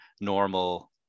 Normal